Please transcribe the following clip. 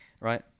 right